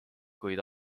kuid